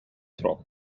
trok